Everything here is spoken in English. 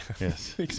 Yes